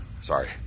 Sorry